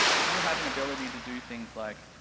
if you have an ability to do things like,